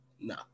no